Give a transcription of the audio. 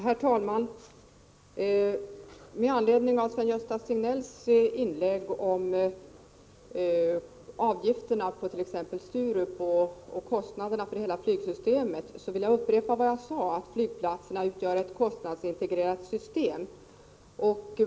Herr talman! Med anledning av Sven-Gösta Signells inlägg om avgifterna på t.ex. Sturup och kostnaderna för hela flygsystemet, vill jag upprepa vad jag sade: Flygplatserna utgör ett kostnadsintegrerat system.